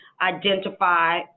identify